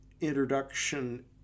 introduction